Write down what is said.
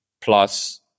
plus